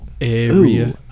Area